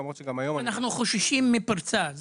או חוששים מפרצה.